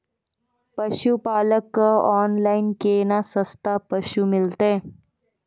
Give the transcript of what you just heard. पशुपालक कऽ ऑनलाइन केना सस्ता पसु मिलतै?